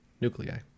nuclei